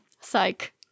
Psych